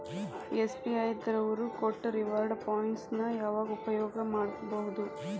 SBI ದವ್ರು ಕೊಟ್ಟ reward points ನ ಯಾವಾಗ ಉಪಯೋಗ ಮಾಡ್ಕೋಬಹುದು?